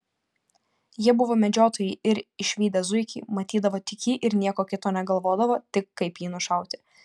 jie buvo medžiotojai ir išvydę zuikį matydavo tik jį ir nieko kito negalvodavo tik kaip jį nušauti